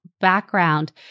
background